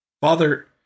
Father